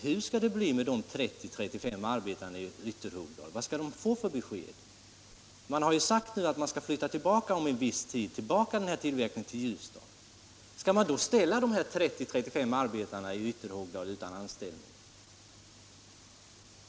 Hur skall det bli med de 30-35 arbetarna i Ytterhogdal? Vad skall de få för besked? Man har ju sagt att företaget 21 om en viss tid skall flytta tillbaka tillverkningen till Ljusdal; skall de här arbetarna i Ytterhogdal då ställas utan anställning?